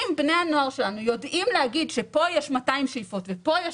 אם בני הנוער שלנו יודעים להגיד שכאן יש 200 שאיפות וכאן יש